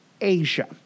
Asia